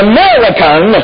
American